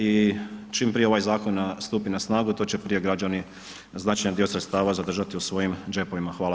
I čim prije ovaj zakon stupi na snagu to će prije građani značajni dio sredstava zadržati u svojim džepovima.